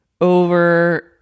over